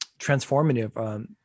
transformative